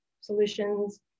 solutions